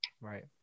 Right